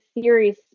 series